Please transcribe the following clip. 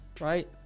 right